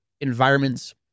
environments